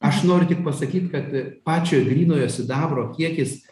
aš noriu tik pasakyt kad pačio grynojo sidabro kiekis